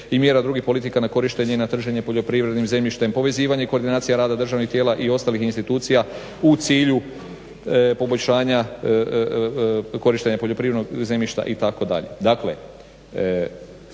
i mjera drugih politika na korištenje, na trženje poljoprivrednim zemljištem, povezivanje, koordinacija rada državnih tijela i ostalih institucija u cilju poboljšanja korištenja poljoprivrednog zemljišta i